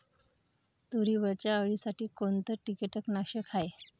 तुरीवरच्या अळीसाठी कोनतं कीटकनाशक हाये?